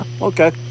Okay